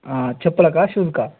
చెప్పలక షూస్కా